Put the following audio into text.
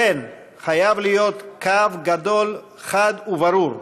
לכן, חייב להיות קו גדול, חד וברור,